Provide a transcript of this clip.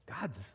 God's